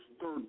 third